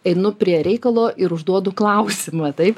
einu prie reikalo ir užduodu klausimą taip